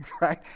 right